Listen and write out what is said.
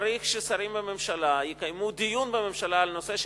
צריך שהשרים יקיימו דיון בממשלה על נושא החרם.